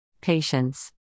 Patience